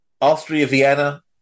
Austria-Vienna